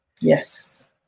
yes